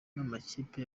n’amakipe